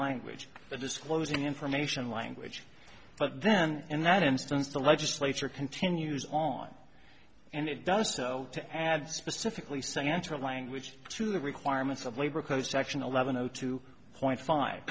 language but disclosing information language but then in that instance the legislature continues on and it does so to add specifically santer language to the requirements of labor because action eleven o two point five